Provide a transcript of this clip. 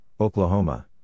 Oklahoma